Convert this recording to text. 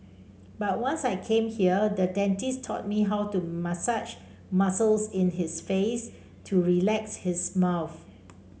but once I came here the dentist taught me how to massage muscles in his face to relax his mouth